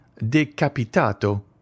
decapitato